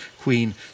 Queen